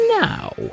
Now